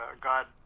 God